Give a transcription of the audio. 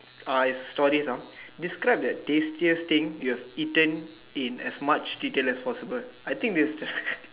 uh it's stories ah describe that tastiest thing you have eaten in as much detail as possible I think this question